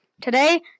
Today